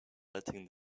letting